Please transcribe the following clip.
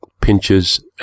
pinches